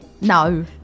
no